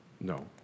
No